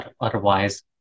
Otherwise